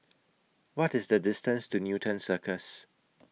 What IS The distance to Newton Cirus